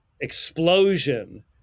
explosion